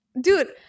dude